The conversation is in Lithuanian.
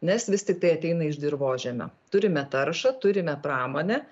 nes vis tiktai ateina iš dirvožemio turime taršą turime pramonę